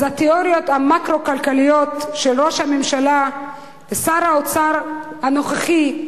אז התיאוריות המקרו-כלכליות של ראש הממשלה ושר האוצר הנוכחי,